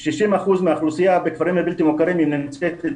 60% מהאוכלוסייה בכפרים הבלתי מוכרים שנמצאים,